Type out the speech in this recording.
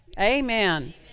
Amen